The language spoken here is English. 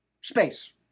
Space